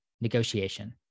negotiation